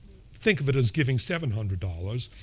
think of it as giving seven hundred dollars.